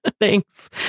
Thanks